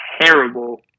terrible